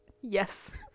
Yes